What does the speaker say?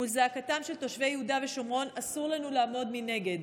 מול זעקתם של תושבי יהודה ושומרון אסור לנו לעמוד מנגד.